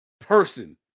person